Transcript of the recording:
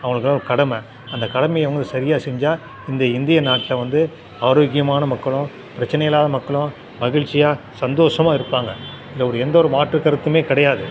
அவர்களுக்குல்லாம் ஒரு கடமை அந்த கடமையை வந்து சரியாக செஞ்சால் இந்த இந்திய நாட்டில் வந்து ஆரோக்கியமான மக்களும் பிரச்சினையில்லாத மக்களும் மகிழ்ச்சியா சந்தோஷமா இருப்பாங்க இதில் ஒரு எந்த ஒரு மாற்று கருத்துமே கிடையாது